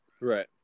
Right